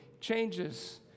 changes